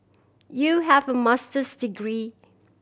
you have a Master's degree